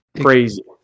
crazy